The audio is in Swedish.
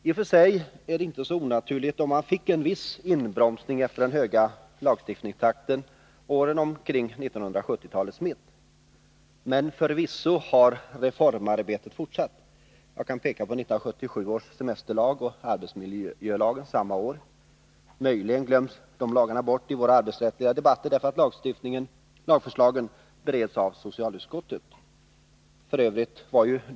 I och för sig vore det inte så onaturligt om man fick en viss inbromsning efter den höga lagstiftningstakten åren omkring 1970-talets mitt. Men förvisso har reformarbetet fortsatt! Jag kan här peka på 1977 års semesterlag och arbetsmiljölagen samma år. Möjligen glöms dessa lagar bort i våra arbetsrättsliga debatter därför att lagförslagen bereddes av socialutskottet!